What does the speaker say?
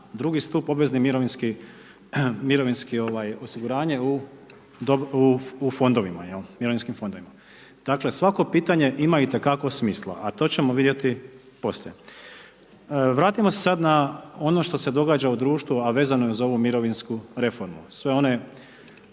drugi stup obveznih mirovinskih osiguranja u fondovima, u mirovinskim fondovima. Dakle, svako pitanje ima itekako smisla a to ćemo vidjeti poslije. Vratimo se sad na ono što se događa u društvu a vezano je za ovu mirovinsku reformu. Sve one